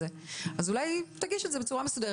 אולי תגיש את זה בצורה מסודרת.